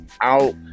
out